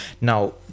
Now